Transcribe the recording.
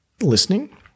listening